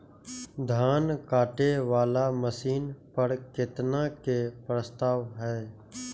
धान काटे वाला मशीन पर केतना के प्रस्ताव हय?